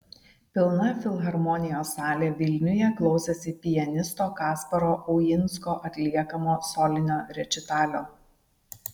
pilna filharmonijos salė vilniuje klausėsi pianisto kasparo uinsko atliekamo solinio rečitalio